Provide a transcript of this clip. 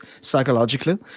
psychologically